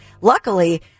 luckily